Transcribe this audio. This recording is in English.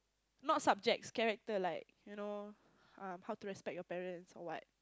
not subjects character like you know how to respect your parents or what